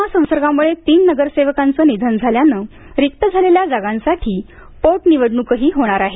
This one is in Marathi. कोरोना संसर्गामुळे तीन नगरसेवकांचं निधन झाल्यानं रिक्त झालेल्या जागांसाठी पोटनवडणूकही होणार आहे